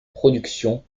production